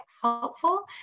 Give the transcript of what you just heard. helpful